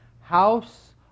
House